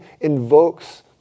invokes